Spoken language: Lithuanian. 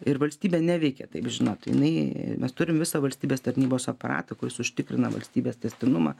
ir valstybė neveikia taip žinot jinai mes turim visą valstybės tarnybos aparatą kuris užtikrina valstybės tęstinumą